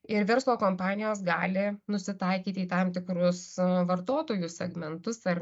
ir verslo kompanijos gali nusitaikyti į tam tikrus vartotojų segmentus ar